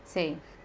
same